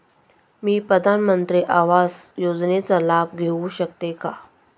मी प्रधानमंत्री आवास योजनेचा लाभ घेऊ शकते का?